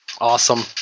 Awesome